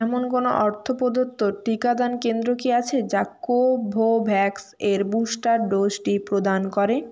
এমন কোনো অর্থ প্রদত্ত টিকাদান কেন্দ্র কি আছে যা কোভোভ্যাক্স এর বুস্টার ডোজটি প্রদান করে